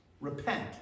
repent